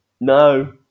no